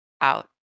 out